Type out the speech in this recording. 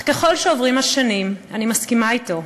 אך ככל שעוברות השנים אני מסכימה אתו,